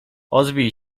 ozwij